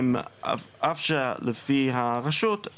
אף שלפי הרשות,